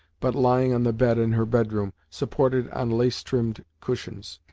but lying on the bed in her bedroom, supported on lace-trimmed cushions.